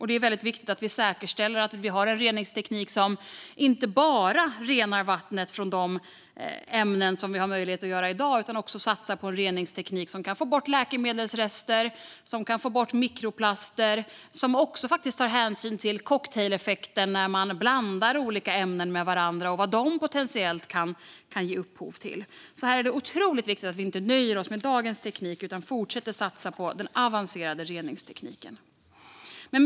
Det är väldigt viktigt att vi inte bara säkerställer att vi har teknik för att rena vattnet från de ämnen vi har möjlighet att rena det från i dag utan också satsar på reningsteknik för att få bort läkemedelsrester och mikroplaster och ta hänsyn till cocktaileffekter, det vill säga vad olika ämnen potentiellt kan ge upphov till när de blandas med varandra. Här är det otroligt viktigt att vi inte nöjer oss med dagens teknik utan fortsätter satsa på den avancerade reningstekniken.